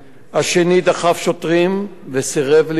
השני דחף שוטרים וסירב להזדהות.